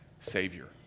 Savior